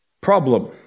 Problem